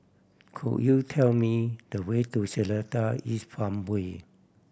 could you tell me the way to Seletar East Farmway